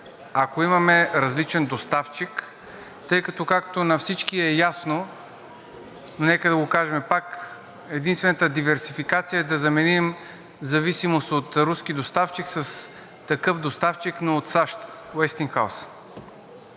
ако имаме различен доставчик? На всички е ясно, нека го кажем пак – единствената диверсификация е да заменим зависимост от руски доставчик с такъв доставчик, но от САЩ – „Уестингхаус“.